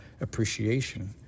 appreciation